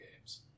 games